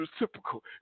reciprocal